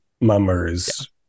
Mummers